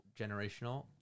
generational